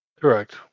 Correct